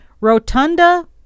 Rotunda